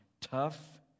tough